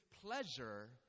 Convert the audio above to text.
pleasure